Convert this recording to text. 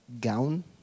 gown